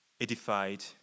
edified